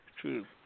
True